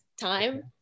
time